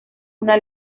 una